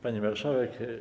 Pani Marszałek!